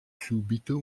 subito